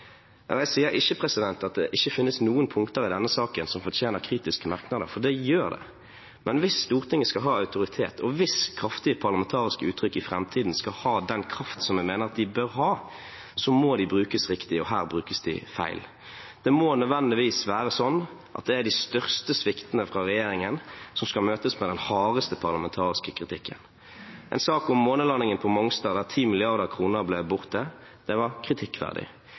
mistillit. Jeg sier ikke at det ikke finnes noen punkter i denne saken som fortjener kritiske merknader, for det gjør det, men hvis Stortinget skal ha autoritet, og hvis kraftige parlamentariske uttrykk i framtiden skal ha den kraften som jeg mener de bør ha, må de brukes riktig – og her brukes de feil. Det må nødvendigvis være slik at det er de største sviktene fra regjeringen som skal møtes med den hardeste parlamentariske kritikken. En sak om «månelandingen» på Mongstad, der 10 mrd. kr ble borte, var kritikkverdig.